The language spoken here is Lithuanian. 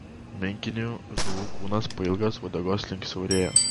menkinių žuvų kūnas pailgas uodegos link siaurėja